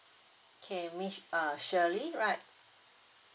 okay miss uh S H I R L E Y right